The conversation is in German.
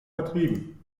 vertrieben